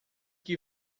que